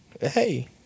Hey